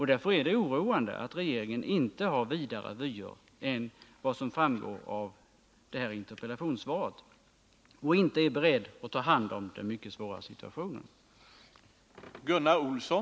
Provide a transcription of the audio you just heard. Därför är det oroande att regeringen inte har vidare vyer än vad som framgår av interpellationssvaret och inte är beredd att ta hand om den mycket svåra situationen.